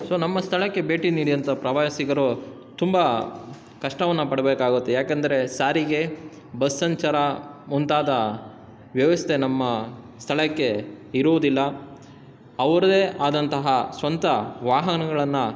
so ನಮ್ಮ ಸ್ಥಳಕ್ಕೆ ಭೇಟಿ ನೀಡಿದಂಥ ಪ್ರವಾಸಿಗರು ತುಂಬ ಕಷ್ಟವನ್ನು ಪಡಬೇಕಾಗುತ್ತೆ ಯಾಕೆಂದರೆ ಸಾರಿಗೆ ಬಸ್ ಸಂಚಾರ ಮುಂತಾದ ವ್ಯವಸ್ಥೆ ನಮ್ಮ ಸ್ಥಳಕ್ಕೆ ಇರುವುದಿಲ್ಲ ಅವರದೇ ಆದಂತಹ ಸ್ವಂತ ವಾಹನಗಳನ್ನು